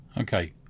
Okay